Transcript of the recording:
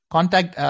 Contact